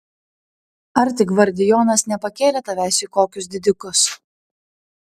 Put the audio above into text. ar tik gvardijonas nepakėlė tavęs į kokius didikus